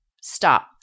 stop